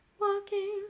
Walking